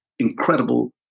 incredible